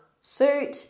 suit